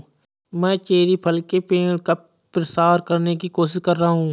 मैं चेरी फल के पेड़ का प्रसार करने की कोशिश कर रहा हूं